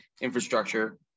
infrastructure